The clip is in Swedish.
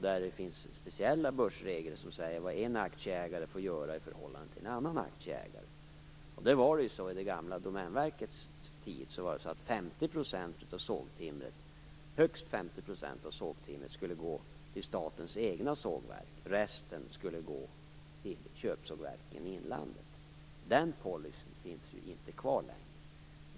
Där finns det speciella börsregler som säger vad en aktieägare får göra i förhållande till en annan. På det gamla Domänverkets tid var det så att högst 50 % av sågtimret skulle gå till statens egna sågverk. Resten skulle gå till köpsågverken i inlandet. Den policyn finns inte kvar längre.